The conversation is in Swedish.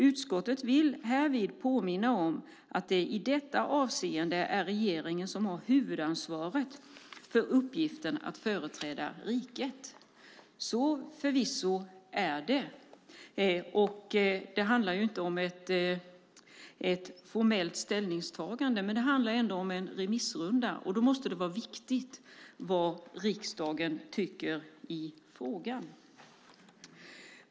Utskottet vill härvid påminna om att det i detta avseende är regeringen som har huvudansvaret för uppgiften att företräda riket. Så är det förvisso. Det handlar inte om ett formellt ställningstagande, men det handlar ändå om en remissrunda. Då måste det vara viktigt vad riksdagen tycker i frågan.